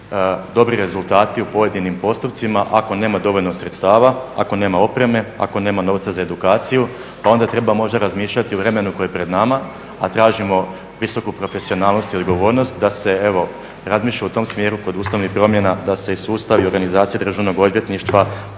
dobri rezultati u pojedinim postupcima ako nema dovoljno sredstava, ako nema opreme, ako nema novca za edukaciju pa onda treba možda razmišljati o vremenu koje je pred nama, a tražimo visoku profesionalnost i odgovornost da se evo, razmišlja u tom smjeru kod Ustavnih promjena, da se i sustav i organizacija Državnog odvjetništva